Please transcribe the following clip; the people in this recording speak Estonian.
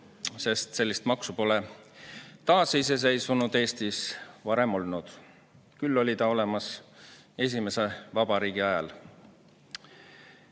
sest sellist maksu pole taasiseseisvunud Eestis varem olnud. Küll oli see olemas esimese vabariigi ajal.